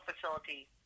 Facility